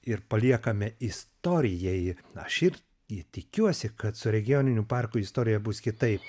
ir paliekame istorijai aš irgi tikiuosi kad su regioninių parkų istorija bus kitaip